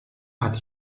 hat